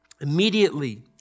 Immediately